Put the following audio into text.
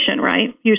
right